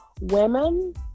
women